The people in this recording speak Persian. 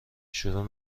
شروع